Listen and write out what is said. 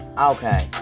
Okay